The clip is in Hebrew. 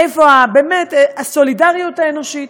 איפה הסולידריות האנושית?